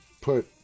put